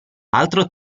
altro